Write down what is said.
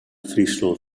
fryslân